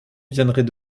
viendrait